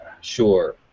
Sure